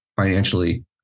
Financially